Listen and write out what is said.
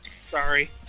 Sorry